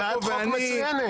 הצעת חוק מצוינת.